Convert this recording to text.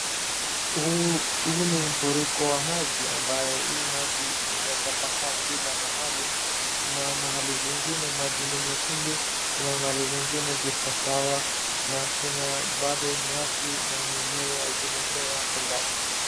Huu ni mfuriko wa maji ambayo hivi maji imetapakaa kila mahali kuna mahali zingine maji ni nyekundu kuna mahali zingine ziko sawa na kuna bado nyasi na mimea zimemea hapo ndani.